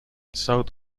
south